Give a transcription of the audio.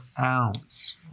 ounce